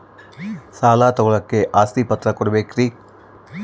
ಸಾಲ ತೋಳಕ್ಕೆ ಆಸ್ತಿ ಪತ್ರ ಕೊಡಬೇಕರಿ?